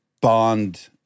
bond